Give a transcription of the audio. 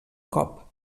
cop